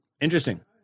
interesting